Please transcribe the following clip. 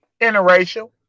interracial